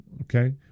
okay